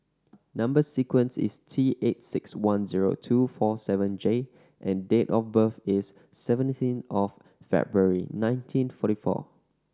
number sequence is T eight six one zero two four seven J and date of birth is seventeen of February nineteen forty four